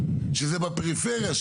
בפריפריה,